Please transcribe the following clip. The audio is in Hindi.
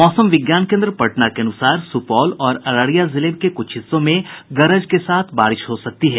मौसम विज्ञान केन्द्र पटना के अनुसार सुपौल और अररिया जिले के कुछ हिस्सों में गरज के साथ बारिश हो सकती है